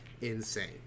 insane